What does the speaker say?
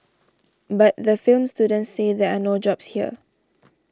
but the film students say there are no jobs here